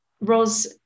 Ros